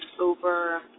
over